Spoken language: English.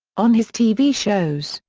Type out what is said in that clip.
on his tv shows,